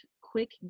quick